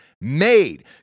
made